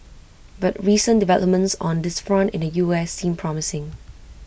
but recent developments on this front in the U S seem promising